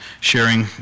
sharing